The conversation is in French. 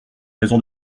raisons